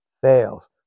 fails